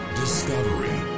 discovery